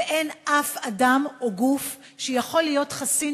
ואין אף אדם או גוף שיכול להיות חסין